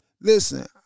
Listen